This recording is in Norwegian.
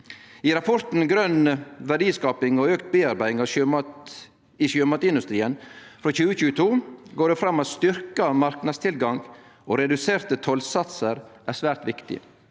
I rapporten «Grønn verdiskaping og økt bearbeiding i sjømatindustrien» frå 2022 går det fram at styrkt marknadstilgang og reduserte tollsatsar er svært viktige,